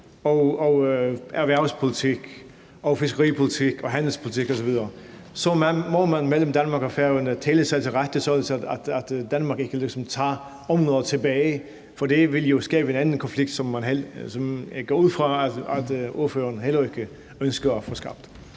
erhvervspolitik, fiskeripolitik og handelspolitik osv. – så må man mellem Danmark og Færøerne tale sig til rette, sådan at Danmark ikke ligesom tager områder tilbage, for det vil jo skabe en anden konflikt, som jeg går ud fra at ordføreren heller ikke ønsker at få skabt.